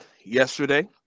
yesterday